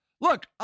look